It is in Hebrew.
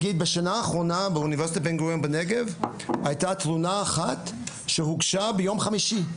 בשנה האחרונה באונ' בן גוריון בנגב היתה תלונה אחת שהוגשה ביום חמישי,